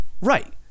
Right